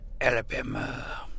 Alabama